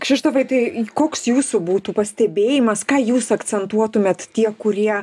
kšištofai tai koks jūsų būtų pastebėjimas ką jūs akcentuotumėt tie kurie